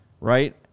right